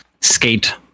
skate